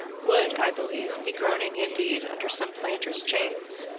would, i believe, be groaning indeed under some planter's chains.